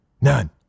None